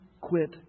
quit